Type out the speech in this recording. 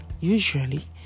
Usually